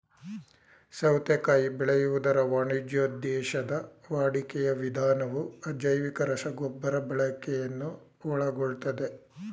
ಸೌತೆಕಾಯಿ ಬೆಳೆಯುವುದರ ವಾಣಿಜ್ಯೋದ್ದೇಶದ ವಾಡಿಕೆಯ ವಿಧಾನವು ಅಜೈವಿಕ ರಸಗೊಬ್ಬರ ಬಳಕೆಯನ್ನು ಒಳಗೊಳ್ತದೆ